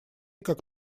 как